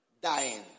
dying